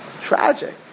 tragic